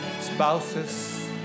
spouses